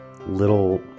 little